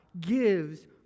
gives